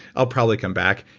i'll probably come back.